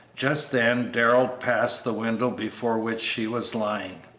just then darrell passed the window before which she was lying.